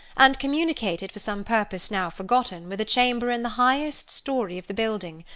and communicated for some purpose now forgotten with a chamber in the highest story of the building.